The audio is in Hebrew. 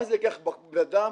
לקחת בן אדם